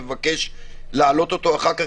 ואני מבקש להעלות אותו אחר כך,